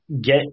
get